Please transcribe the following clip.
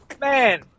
Man